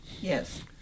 Yes